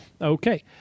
Okay